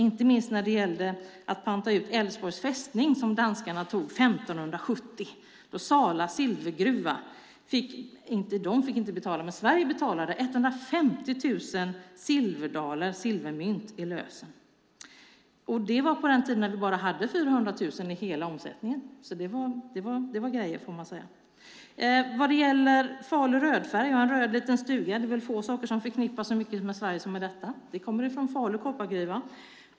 Det gällde inte minst när vi pantade ut Älvsborgs fästning som danskarna tog 1570. Sverige betalade 150 000 silvermynt i lösen. Det var på den tiden då hela omsättningen var 450 000. Det är väl få saker som förknippas så starkt med Sverige som Falu rödfärg och en röd liten stuga. Falu rödfärg kommer från Falu koppargruva.